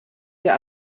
der